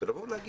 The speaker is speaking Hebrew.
לבוא ולומר